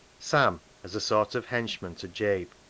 sam, as a sort of henchman to jabe,